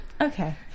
okay